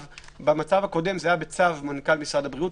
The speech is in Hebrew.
במצב הקודם זה היה בצו מנכ"ל משרד הבריאות.